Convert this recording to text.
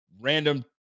random